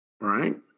Right